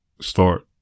start